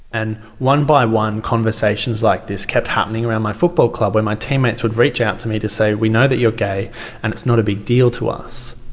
and one by one conversations like this kept happening around my football club, where my teammates would reach out to me to say we know that you're gay and it's not a big deal to us.